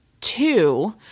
two